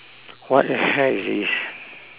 what the heck is this